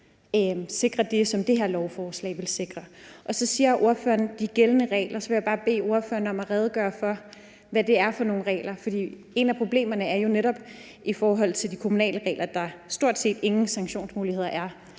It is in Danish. sikrer det, som det her lovforslag vil sikre. Så siger ordføreren »de gældende regler«, og der vil jeg bare bede ordføreren om at redegøre for, hvad det er for nogle regler. For et af problemerne er jo netop, at der i forhold til de kommunale regler stort set ingen sanktionsmuligheder er.